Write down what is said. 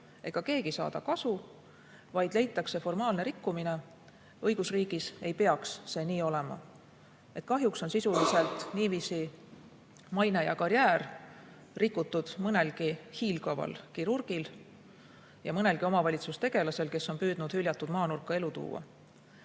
saada kahju ega kasu, vaid leitakse formaalne rikkumine. Õigusriigis ei peaks see nii olema. Kahjuks on sel kombel sisuliselt maine ja karjäär rikutud mõnelgi hiilgaval kirurgil ja mõnelgi omavalitsustegelasel, kes on püüdnud hüljatud maanurka elu tuua.